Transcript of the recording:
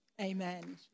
Amen